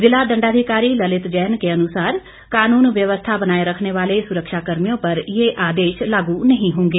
ज़िला दंडाधिकारी ललित जैन के अनुसार कानून व्यवस्था बनाए रखने वाले सुरक्षा कर्मियों पर ये आदेश लागू नहीं होंगे